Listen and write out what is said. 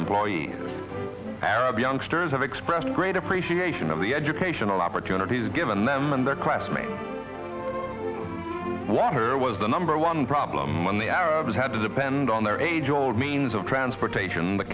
employees arab youngsters have expressed great appreciation of the educational opportunities given them and their classmate water was the number one problem on the arabs had to depend on their age old means of transportation the